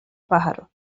pájaro